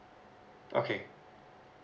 okay